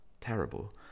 terrible